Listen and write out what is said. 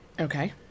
Okay